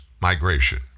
migration